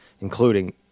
including